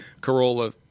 corolla